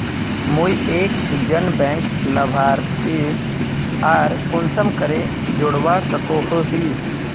मुई एक जन बैंक लाभारती आर कुंसम करे जोड़वा सकोहो ही?